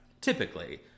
Typically